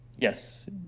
Yes